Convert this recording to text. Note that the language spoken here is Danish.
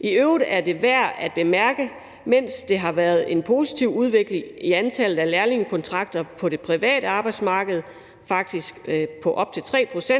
I øvrigt er det værd at bemærke, at mens der har været en positiv udvikling i antallet af lærlingekontrakter på det private arbejdsmarked, faktisk en stigning på op til 3 pct.